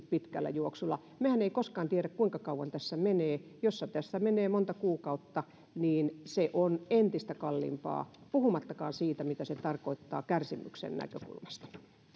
pitkällä juoksulla mehän emme koskaan tiedä kuinka kauan tässä menee jos tässä menee monta kuukautta niin se on entistä kalliimpaa puhumattakaan siitä mitä se tarkoittaa kärsimyksen näkökulmasta